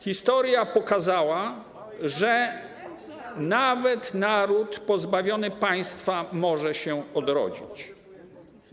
Historia pokazała, że nawet naród pozbawiony państwa może się odrodzić.